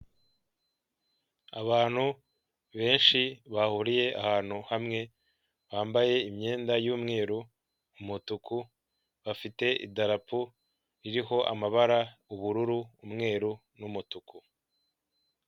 Abantu benshi bahuriye ahantu hamwe bambaye imyenda y'umweru umutuku bafite idarapu ririho amabara ubururu umweru n'umutuku.